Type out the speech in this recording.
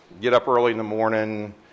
get-up-early-in-the-morning